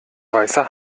weißer